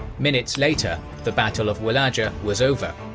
minutes later the battle of walaja was over.